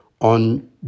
on